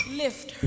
lift